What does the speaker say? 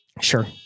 sure